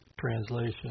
translation